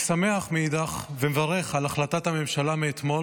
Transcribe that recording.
אני שמח ומברך על החלטת הממשלה מאתמול